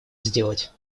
сделать